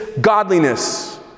godliness